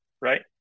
Right